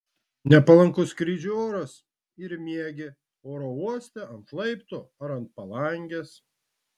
nepalankus skrydžiui oras ir miegi oro uoste ant laiptų ar ant palangės